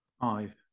five